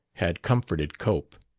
had comforted cope.